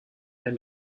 than